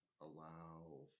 allow